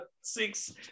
six